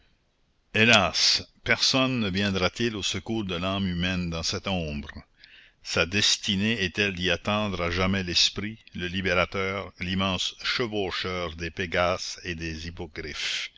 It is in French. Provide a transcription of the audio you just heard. hélas personne ne viendra-t-il au secours de l'âme humaine dans cette ombre sa destinée est-elle d'y attendre à jamais l'esprit le libérateur l'immense chevaucheur des pégases et des